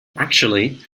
actually